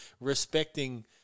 respecting